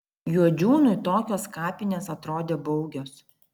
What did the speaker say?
juodžiūnui tokios kapinės atrodė baugios